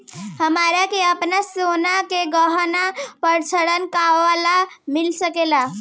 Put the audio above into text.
हमरा के आपन सोना के गहना पर ऋण कहवा मिल सकेला?